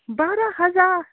بارہ ہزار